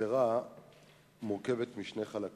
הגזרה מורכבת משני חלקים: